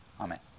Amen